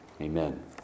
Amen